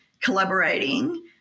collaborating